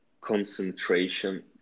concentration